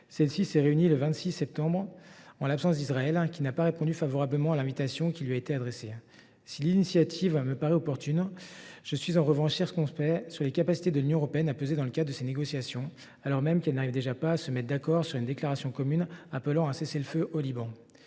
Celle ci s’est réunie le 26 septembre dernier en l’absence d’Israël, qui n’a pas répondu favorablement à l’invitation qui lui a été adressée. Si l’initiative me paraît opportune, je suis en revanche circonspect sur les capacités de l’Union européenne à peser dans le cadre de ces négociations, alors même qu’elle n’arrive déjà pas à se mettre d’accord sur une déclaration commune appelant à un cessez le feu au Liban…